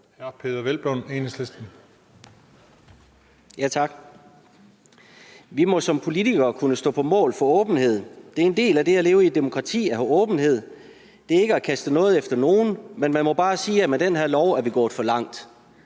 Peder Hvelplund (EL): Tak. Vi må som politikere kunne stå på mål for åbenhed. Det er en del af det at leve i et demokrati at have åbenhed. Det er ikke at kaste noget efter nogen, men man må bare sige, at med den her lov er vi gået for langt.